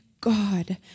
God